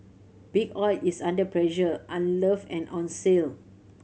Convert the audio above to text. Big Oil is under pressure unloved and on sale